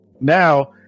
now